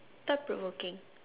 thought provoking